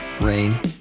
Rain